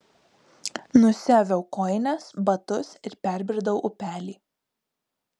nusiaviau kojines batus ir perbridau upelį